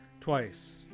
Twice